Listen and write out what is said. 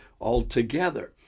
altogether